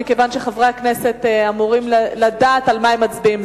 כיוון שחברי הכנסת אמורים לדעת על מה הם מצביעים.